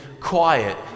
quiet